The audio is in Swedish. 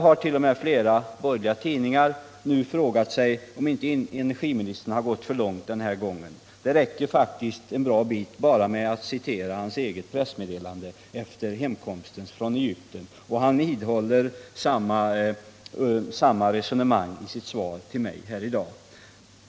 m. flera borgerliga tidningar har nu frågat sig om inte energiministern gått för långt den här gången. Det räcker faktiskt en bra bit att bara citera hans eget pressmeddelande efter hemkomsten från Egypten, och han vidhåller resonemanget i sitt svar till mig i dag.